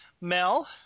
Mel